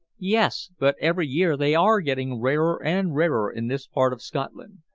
yes, but every year they are getting rarer and rarer in this part of scotland.